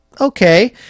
okay